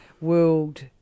world